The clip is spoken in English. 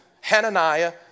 Hananiah